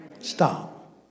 Stop